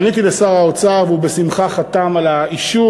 פניתי אל שר האוצר, והוא בשמחה חתם על האישור.